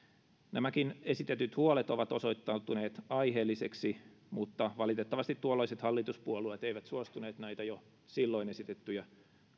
nämäkin esitetyt huolet ovat osoittautuneet aiheellisiksi mutta valitettavasti tuolloiset hallituspuolueet eivät suostuneet näitä jo silloin esitettyjä